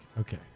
Okay